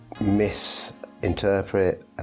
misinterpret